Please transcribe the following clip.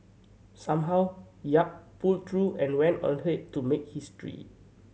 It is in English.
somehow Yap pulled through and went on ahead to make history